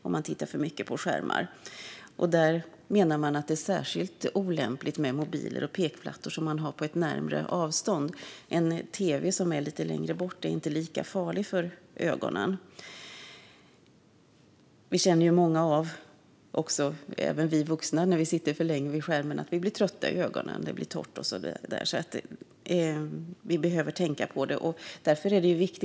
De menar att det är särskilt olämpligt med mobiler och pekplattor som man har på ett nära avstånd. Tv:n är inte lika farlig för ögonen eftersom den är längre bort. Vi vuxna känner ju också att ögonen blir trötta och torra när vi sitter för länge vid skärmen. Vi behöver alltså alla tänka på det. Fru talman!